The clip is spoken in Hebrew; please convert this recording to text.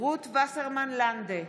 רות וסרמן לנדה,